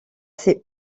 ses